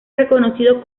reconocido